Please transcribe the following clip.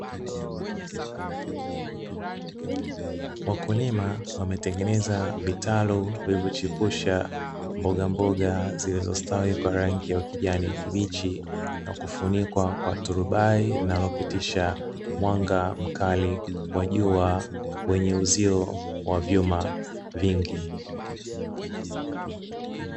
Wakulima wametengeneza vitalu vilivochipusha mbogamboga zilizostawi kwa rangi ya ukijani kibichi na kufunikwa kwa turubai linalopitisha mwanga mkali wa jua wenye uzio wa vyuma vingi.